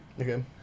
Okay